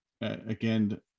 again